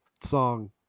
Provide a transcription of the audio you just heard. song